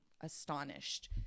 astonished